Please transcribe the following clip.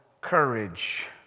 courage